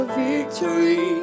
victory